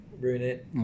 Brunette